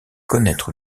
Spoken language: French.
connaître